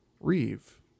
Reeve